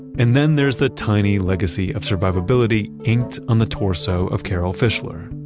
and then there's the tiny legacy of survivability inked on the torso of carol fischler,